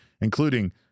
including